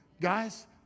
Guys